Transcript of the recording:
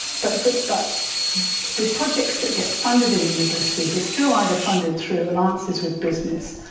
but but the projects that get funded in universities are still either funded through alliances with business,